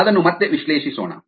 ಅದನ್ನು ಮತ್ತೆ ವಿಶ್ಲೇಷಿಸೋಣ